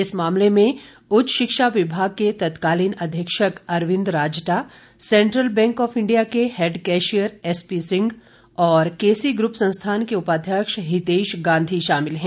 इस मामले में उच्च शिक्षा विभाग के तत्कालीन अधीक्षक अरविंद राज्टा सेंट्रल बैंक ऑफ इंडिया के हैड कैशियर एसपी सिंह और केसी ग्रुप संस्थान के उपाध्यक्ष हितेश गांधी शामिल हैं